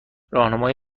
راهنمای